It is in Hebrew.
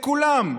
לכולם.